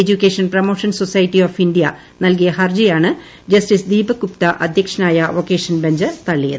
education promotion society of India നൽകിയ ഹർജിയാണ് justice Deepak Gupta അധ്യക്ഷനായ വെക്കേഷൻ ബഞ്ചാ് ഹർജി തള്ളിയത്